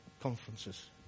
conferences